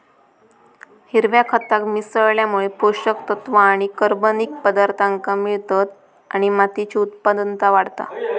हिरव्या खताक मिसळल्यामुळे पोषक तत्त्व आणि कर्बनिक पदार्थांक मिळतत आणि मातीची उत्पादनता वाढता